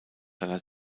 seiner